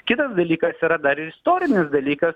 kitas dalykas yra dar ir istorinis dalykas